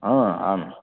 आ आम्